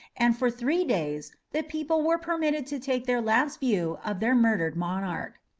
and for three days the people were permitted to take their last view of their murdered monarch.